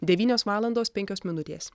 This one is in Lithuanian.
devynios valandos penkios minutės